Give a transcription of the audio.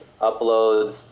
Uploads